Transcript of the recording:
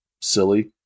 silly